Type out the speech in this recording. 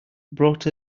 brought